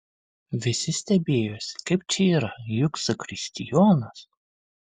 visi stebėjosi kaip čia yra juk zakristijonas